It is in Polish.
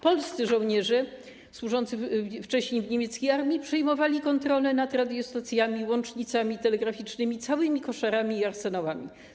Polscy żołnierze służący wcześniej w niemieckiej armii przejmowali kontrolę nad radiostacjami, łącznicami telegraficznymi, całymi koszarami i arsenałami.